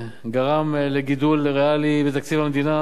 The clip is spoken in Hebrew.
גרם לגידול ריאלי בתקציב המדינה,